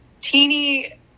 teeny